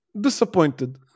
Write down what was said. disappointed